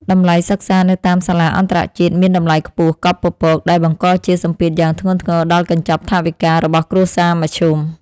តម្លៃសិក្សានៅតាមសាលាអន្តរជាតិមានតម្លៃខ្ពស់កប់ពពកដែលបង្កជាសម្ពាធយ៉ាងធ្ងន់ធ្ងរដល់កញ្ចប់ថវិការបស់គ្រួសារមធ្យម។